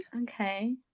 Okay